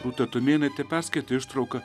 rūta tumėnaitė perskaitė ištrauką